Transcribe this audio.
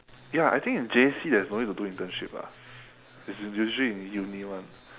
ya I think in J_C there's no need to do internship lah it's usually in uni [one]